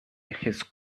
his